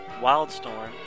Wildstorm